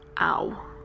Ow